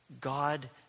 God